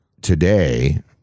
today